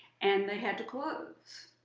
and they had to close.